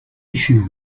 issue